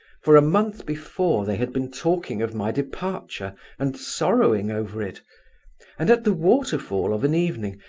for a month before, they had been talking of my departure and sorrowing over it and at the waterfall, of an evening,